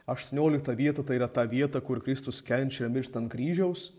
aštuoniolikta vieta tai yra ta vieta kur kristus kenčia miršta ant kryžiaus